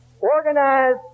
organize